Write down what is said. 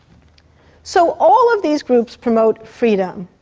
so all of these groups promote freedom,